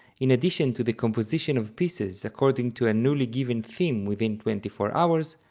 in addition to the composition of pieces according to a newly given theme within twenty four hours,